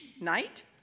night